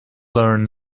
learn